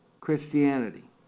Christianity